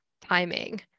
timing